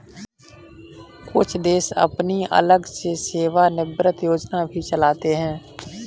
कुछ देश अपनी अलग से सेवानिवृत्त योजना भी चलाते हैं